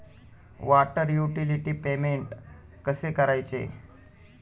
Water utility payment कसे करायचे?